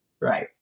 Right